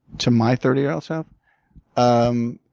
to my thirty year old self? um